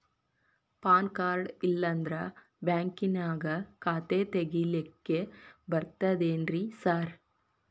PAN card ಇಲ್ಲಂದ್ರ ಬ್ಯಾಂಕಿನ್ಯಾಗ ಖಾತೆ ತೆಗೆಲಿಕ್ಕಿ ಬರ್ತಾದೇನ್ರಿ ಸಾರ್?